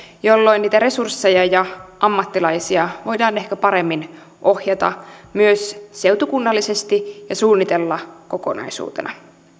jolloin niitä resursseja ja ammattilaisia voidaan ehkä paremmin ohjata myös seutukunnallisesti ja suunnitella kokonaisuutena